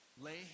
lay